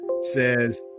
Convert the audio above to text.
says